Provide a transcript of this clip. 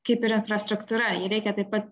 kaip ir infrastruktūra jį reikia taip pat